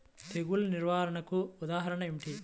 తెగులు నిర్వహణకు ఉదాహరణలు ఏమిటి?